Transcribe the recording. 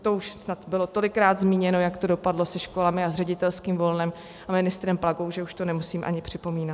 To už snad bylo tolikrát zmíněno, jak to dopadlo se školami a s ředitelským volnem a ministrem Plagou, že už to nemusím ani připomínat.